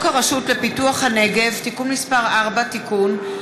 הרשות לפיתוח הנגב (תיקון מס׳ 4) (תיקון),